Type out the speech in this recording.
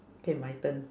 okay my turn